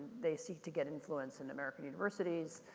they seek to get influence in american universities.